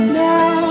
now